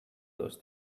those